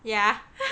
yeah